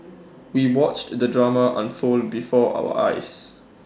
we watched the drama unfold before our eyes